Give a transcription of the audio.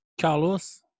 Carlos